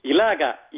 Ilaga